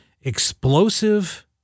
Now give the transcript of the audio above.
explosive